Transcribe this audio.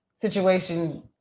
situation